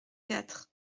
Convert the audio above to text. quatre